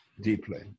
deeply